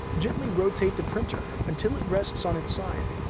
gently rotate the printer until it rests on its side.